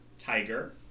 tiger